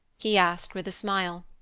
he asked, with a smile.